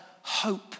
hope